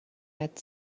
had